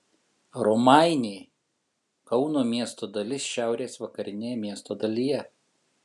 romainiai kauno miesto dalis šiaurės vakarinėje miesto dalyje